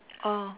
oh